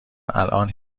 الان